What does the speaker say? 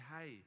hey